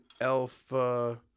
alpha